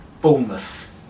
Bournemouth